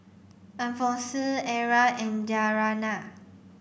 Alphonsine Ezra and Dariana